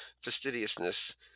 fastidiousness